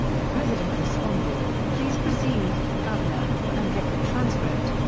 the president responded, please proceed, governor and get the transcript.